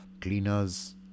Cleaners